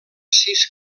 sis